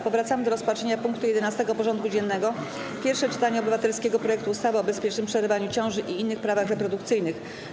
Powracamy do rozpatrzenia punktu 11. porządku dziennego: Pierwsze czytanie obywatelskiego projektu ustawy o bezpiecznym przerywaniu ciąży i innych prawach reprodukcyjnych.